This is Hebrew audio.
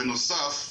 בנוסף,